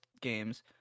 games